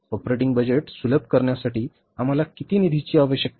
operating budget सुलभ करण्यासाठी आम्हाला किती निधीची आवश्यकता आहे